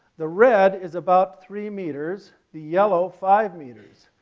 the red is about three meters, the yellow five meters,